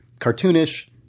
cartoonish